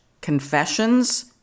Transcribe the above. confessions